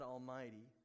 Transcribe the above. Almighty